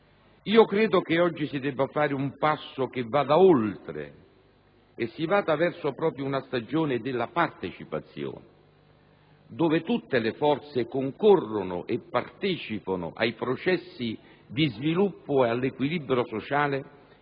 Credo che oggi si debba compiere un passo che vada oltre, puntando ad una stagione della partecipazione in cui tutte le forze concorrono e partecipano ai processi di sviluppo e all'equilibrio sociale